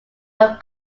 are